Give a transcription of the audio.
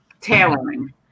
tailoring